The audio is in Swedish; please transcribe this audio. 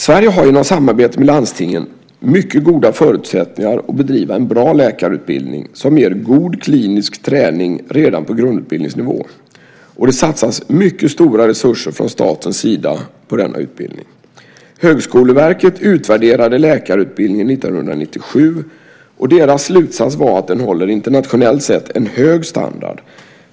Sverige har genom samarbetet med landstingen mycket goda förutsättningar att bedriva en bra läkarutbildning som ger god klinisk träning redan på grundutbildningsnivå, och det satsas mycket stora resurser från statens sida på denna utbildning. Högskoleverket utvärderade läkarutbildningen 1997, och deras slutsats var att den håller internationellt sett en hög standard.